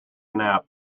nap